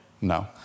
No